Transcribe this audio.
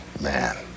man